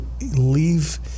leave